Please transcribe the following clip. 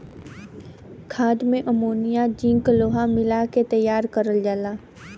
खाद में ammonia zinc लोहा मिला के तैयार करल जाला